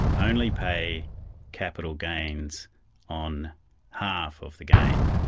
and only pay capital gains on half of the gain.